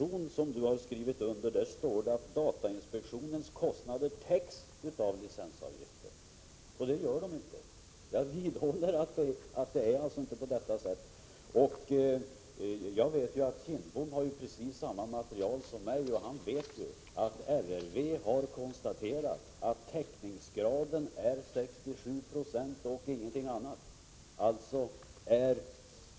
1985/86:100 står det att datainspektionens kostnader täcks av licensavgifter, och jag 19 mars 1986 vidhåller att det inte är på det sättet. Bengt Kindbom har ju precis samma SG an, material som jag och er att RRV har a att ädre raden är ARSOR TU daalnsReks 67 eo och ingenting annat.